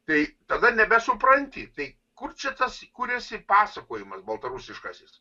tai tada nebesupranti tai kur čia tas kuriasi pasakojimas baltarusiškasis